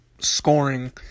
Scoring